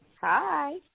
Hi